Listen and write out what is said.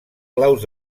claus